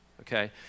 Okay